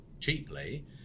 cheaply